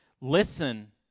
Listen